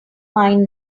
mine